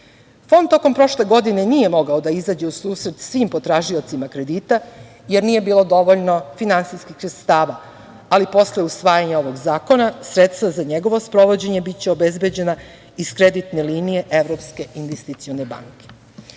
tokom prošle godine nije mogao da izađe u susret svim potražiocima kredita, jer nije bilo dovoljno finansijskih sredstava, ali posle usvajanja ovog zakona sredstva za njegovo sprovođenje biće obezbeđena iz kreditne linije Evropske investicione banke. Ovim